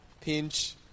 pinch